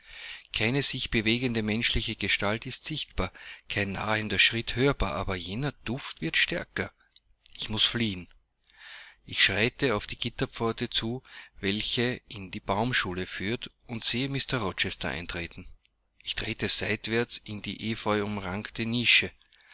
keine sich bewegende menschliche gestalt ist sichtbar kein nahender schritt hörbar aber jener duft wird stärker ich muß fliehen ich schreite auf die gitterpforte zu welche in die baumschule führt und sehe mr rochester eintreten ich trete seitwärts in die epheuumrankte nische